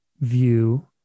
view